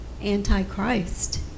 anti-Christ